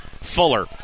Fuller